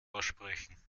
aussprechen